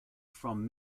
from